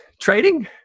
trading